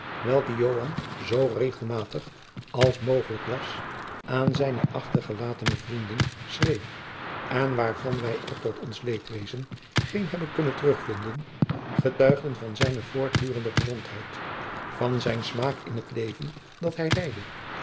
welke joan zoo regelmatig als mogelijk was aan zijne achtergelatene vrienden schreef en waarvan wij er tot ons leedwezen geen hebben kunnen terugvinden getuigden van zijne voortdurende gezondheid van zijn smaak in t leven dat hij leidde